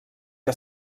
que